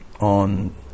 on